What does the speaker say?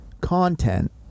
content